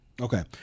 Okay